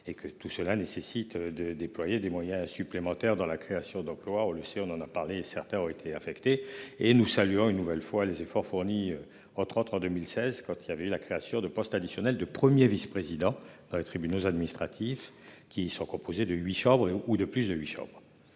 et que tout cela nécessite de déployer des moyens supplémentaires dans la création d'emplois, on le sait, on en a parlé et certains ont été affectés et nous saluant une nouvelle fois les efforts fournis entre autres en 2016 quand il avait eu la création de postes additionnels de 1er vice-président dans les tribunaux administratifs qui sera composé de 8 chambres ou de plus de 8 chambres.